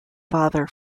father